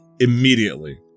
immediately